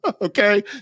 Okay